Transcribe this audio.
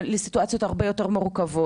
לסיטואציות שהן הרבה יותר מורכבות.